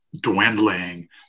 dwindling